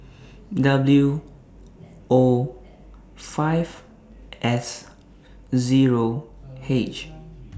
W O five S Zero H